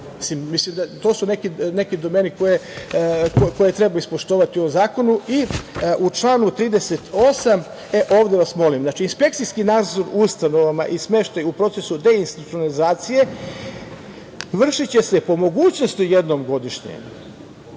sjajno. To su neki domeni koje treba ispoštovati u ovom zakonu.U članu 38, ovde vas molim, znači: „Inspekcijski nadzor u ustanovama i smeštaj u procesu deinstitucionalizacije vršiće se po mogućnosti jednom godišnje.“